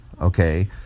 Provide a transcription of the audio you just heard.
Okay